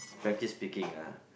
frankly speaking ah